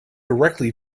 directly